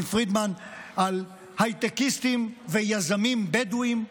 פרידמן על הייטקיסטים ויזמים בדואים,